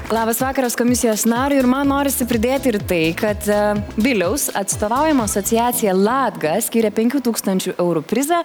labas vakaras komisijos nariui ir man norisi pridėti ir tai kad aa viliaus atstovaujama asociacija latga skiria penkių tūkstančių eurų prizą